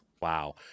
Wow